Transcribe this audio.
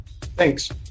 Thanks